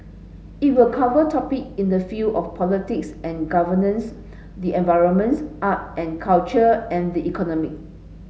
it will cover topic in the field of politics and governance the environments art and culture and the economy